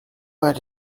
pas